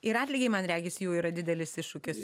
ir atlygiai man regis jau yra didelis iššūkis